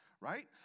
right